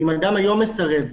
אם אדם היום מסרב,